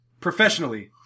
professionally